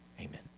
amen